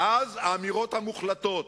ואז, האמירות המוחלטות.